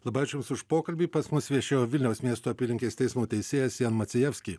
labai ačiū jums už pokalbį pas mus viešėjo vilniaus miesto apylinkės teismo teisėjas jan maciejevski